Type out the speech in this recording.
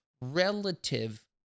relative